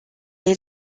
est